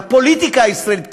לפוליטיקה הישראלית.